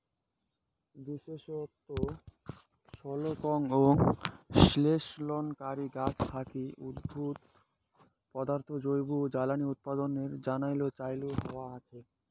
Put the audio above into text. বিশেষত সালোকসংশ্লেষণকারী গছ থাকি উদ্ভুত পদার্থ জৈব জ্বালানী উৎপাদনের জইন্যে চইল হয়া আচে